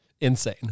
Insane